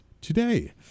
today